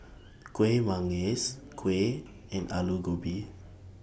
Kueh Manggis Kuih and Aloo Gobi